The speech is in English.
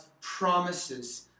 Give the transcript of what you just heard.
promises